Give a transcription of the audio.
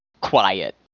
quiet